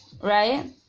right